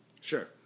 Sure